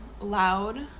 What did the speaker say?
loud